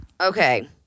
Okay